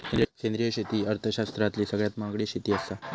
सेंद्रिय शेती ही अर्थशास्त्रातली सगळ्यात महागडी शेती आसा